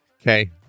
okay